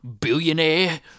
billionaire